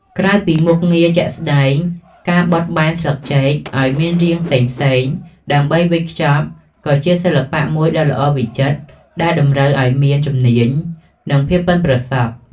ក្រៅពីមុខងារជាក់ស្តែង ការបត់បែនស្លឹកចេកឱ្យមានរាងផ្សេងៗដើម្បីវេចខ្ចប់ក៏ជា សិល្បៈមួយដ៏ល្អវិចិត្រ ដែលតម្រូវឱ្យមានជំនាញ និងភាពប៉ិនប្រសប់។